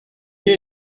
est